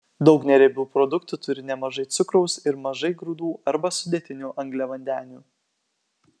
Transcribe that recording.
daug neriebių produktų turi nemažai cukraus ir mažai grūdų arba sudėtinių angliavandenių